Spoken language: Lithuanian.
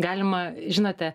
galima žinote